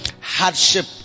hardship